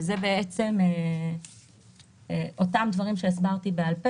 זה בעצם אותם דברים שהסברתי בעל פה.